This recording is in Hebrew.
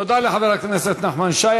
תודה לחבר הכנסת נחמן שי.